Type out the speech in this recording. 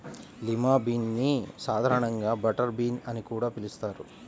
lima bean ని సాధారణంగా butter bean అని కూడా పిలుస్తారు